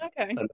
Okay